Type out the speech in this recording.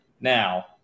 Now